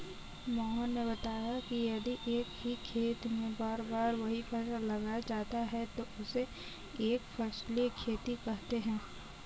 मोहन ने बताया कि यदि एक ही खेत में बार बार वही फसल लगाया जाता है तो उसे एक फसलीय खेती कहते हैं